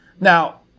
Now